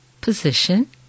position